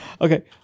Okay